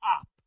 up